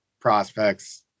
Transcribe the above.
prospects